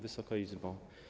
Wysoka Izbo!